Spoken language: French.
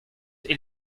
est